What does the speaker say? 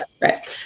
right